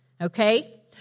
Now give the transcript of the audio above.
Okay